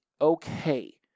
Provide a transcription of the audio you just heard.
okay